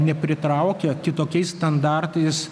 nepritraukia kitokiais standartais